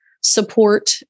support